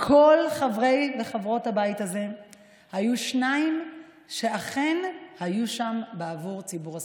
מכל חברי וחברות הבית הזה היו שניים שאכן היו שם בעבור ציבור הסטודנטים.